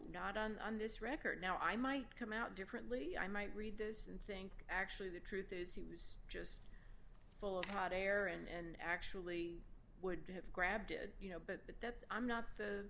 not on this record now i might come out differently i might read this and think actually the truth is he was just full of hot air and actually would have grabbed it you know but that's i'm not the